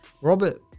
Robert